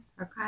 Okay